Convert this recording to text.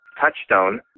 touchstone